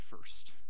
first